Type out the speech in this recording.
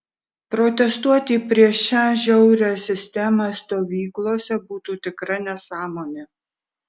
protestuoti prieš šią žiaurią sistemą stovyklose būtų tikra nesąmonė